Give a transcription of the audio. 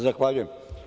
Zahvaljujem.